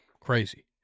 Crazy